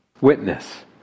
witness